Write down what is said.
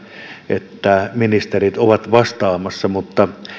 että ministerit ovat vastaamassa mutta